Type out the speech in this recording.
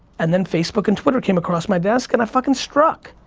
and then facebook and twitter came across my desk and i fucking struck.